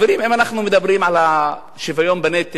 אם אנחנו מדברים על שוויון בנטל,